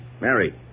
Mary